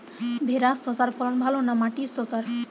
ভেরার শশার ফলন ভালো না মাটির শশার?